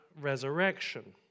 resurrection